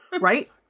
Right